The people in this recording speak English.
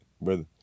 brother